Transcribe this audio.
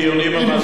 זה בִמקום.